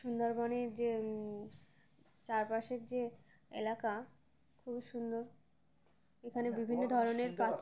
সুন্দরবনের যে চারপাশের যে এলাকা খুবই সুন্দর এখানে বিভিন্ন ধরনের পাখি